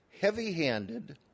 heavy-handed